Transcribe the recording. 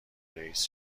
رئیس